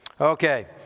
Okay